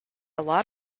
lot